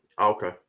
Okay